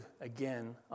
again